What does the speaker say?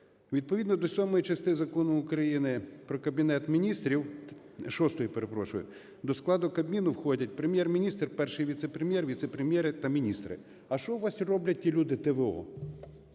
Відповідно до сьомої частини Закону України "Про Кабінет Міністрів", шостої, перепрошую, до складу Кабміну входять Прем’єр-міністр, Перший віце-прем'єр, віце-прем'єри та міністри. А що у вас роблять ті люди